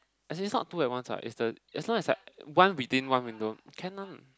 as it not too advance lah is the as long as like one within one window can lah